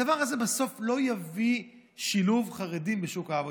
הדבר הזה בסוף לא יביא לשילוב חרדים בשוק העבודה.